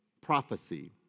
prophecy